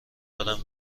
دارم